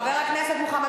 חבר הכנסת מוחמד